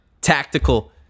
tactical